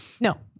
no